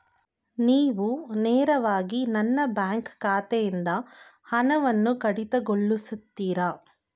ನೀವು ನೇರವಾಗಿ ನನ್ನ ಬ್ಯಾಂಕ್ ಖಾತೆಯಿಂದ ಹಣವನ್ನು ಕಡಿತಗೊಳಿಸುತ್ತೀರಾ?